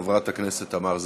חברת הכנסת תמר זנדברג.